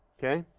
okay.